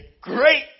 great